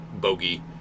Bogey